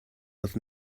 with